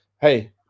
hey